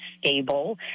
stable